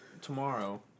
tomorrow